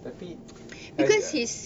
tapi I